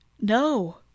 No